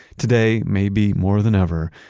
today, maybe more than ever,